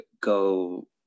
go